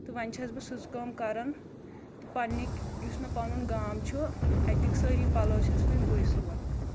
تہٕ وۄنۍ چھَس بہٕ سٕژ کٲم کَران تہٕ پنٛنِک یُس مےٚ پنُن گام چھُ اَتِکۍ سٲری پَلَو چھَس وۄنۍ بٕیہِ سُوان